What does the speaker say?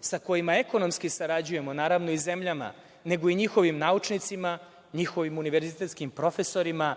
sa kojima ekonomski sarađujemo, naravno i zemljama, nego i njihovim naučnicima, njihovim uneverzitetskim profesorima,